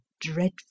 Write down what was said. dreadful